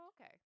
Okay